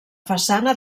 façana